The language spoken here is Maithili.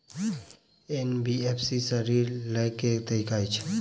एन.बी.एफ.सी सँ ऋण लय केँ की तरीका अछि?